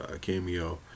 cameo